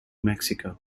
mexico